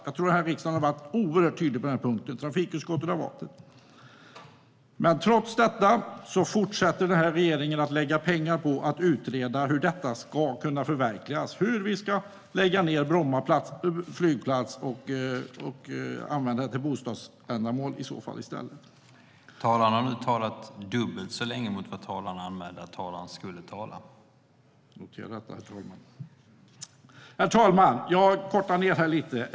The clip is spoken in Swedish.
Jag tror att riksdagen har varit oerhört tydlig på den punkten - trafikutskottet har varit det. Trots det fortsätter regeringen att lägga pengar på att utreda hur detta ska kunna förverkligas. Kan vi lägga ned Bromma flygplats och i så fall använda platsen för bostadsändamål i stället? Herr talman! Jag kortar mitt anförande lite.